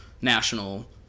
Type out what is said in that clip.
national